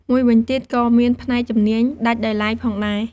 មួយវិញទៀត ក៏មានផ្នែកជំនាញដាច់ដោយឡែកផងដែរ។